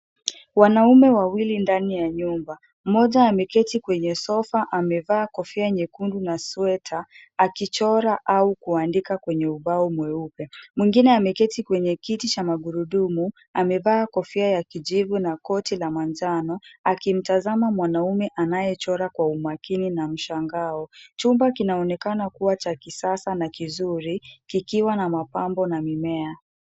Wanaume wawili ndani ya nyumba. Mmoja ameketi kwenye sofa amevaa kofia nyekundu na sweta akichora au kuandika kwenye ubao mweupe. Mwingine ameketi kwenye kiti cha magurudumu amevaa kofia ya kijivu na koti la manjano akimtazama mwanaume anayechora kwa umakini na mshangao. Chumba kinaonekana kuwa cha kisasa na kizuri kikiwa na mapambo na mimea.